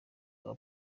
rwa